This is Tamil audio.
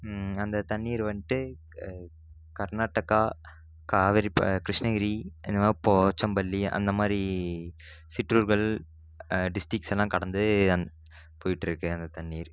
அந்த தண்ணீர் வந்துட்டு கர்நாட்டகா காவேரி கிருஷ்ணகிரி இந்த மாதிரி போச்சம்பள்ளி அந்த மாதிரி சிற்றூர்கள் டிஸ்டிக்ஸெல்லாம் கடந்து போயிட்டுருக்கு அந்த தண்ணீர்